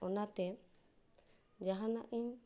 ᱚᱱᱟᱛᱮ ᱡᱟᱦᱟᱱᱟᱜ ᱤᱧ